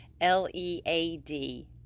L-E-A-D